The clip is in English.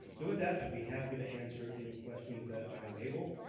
so with that, i'd be happy to answer any questions that i'm able,